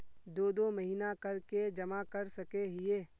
दो दो महीना कर के जमा कर सके हिये?